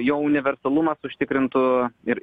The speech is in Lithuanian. jo universalumas užtikrintų ir